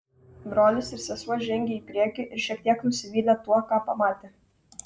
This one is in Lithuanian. brolis ir sesuo žengė į priekį ir šiek tiek nusivylė tuo ką pamatė